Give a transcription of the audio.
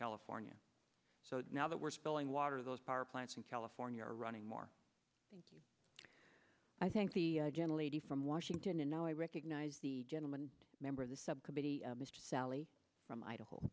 california so now that we're spilling water those power plants in california are running more i think the again a lady from washington and now i recognize the gentleman member of the